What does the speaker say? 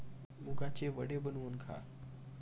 मुगाचे वडे बनवून खा